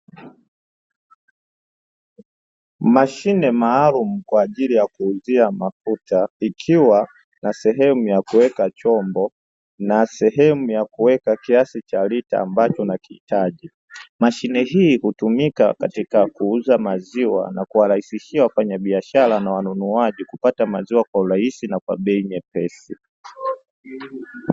Mashine maalumu kwa ajili ya kuuzia maziwa ikiwa na sehemu ya kuweka chombo na sehemu ya kuweka kiasi cha lita ambacho unakihitaji. Mashine hii hutumika katika kuuza maziwa na kuwarahiaishia wafanyabiashara na wanunuaji kupata maziwa kwa urahisi na kwa bei nyepesi.